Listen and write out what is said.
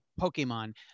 Pokemon